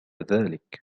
ذلك